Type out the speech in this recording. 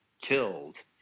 killed